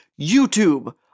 YouTube